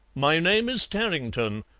my name is tarrington,